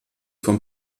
vom